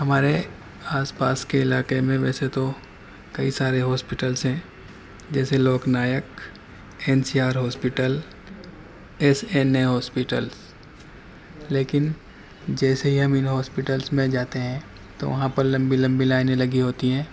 ہمارے آس پاس کے علاقے میں ویسے تو کئی سارے ہاسپٹلس ہیں جیسے Lok Nayak N C R hospital S N A hospitals لیکن جیسے ہی ہم ان ہاسپٹلس میں جاتے ہیں تو وہاں پر لمبی لمبی لائنیں لگی ہوتی ہیں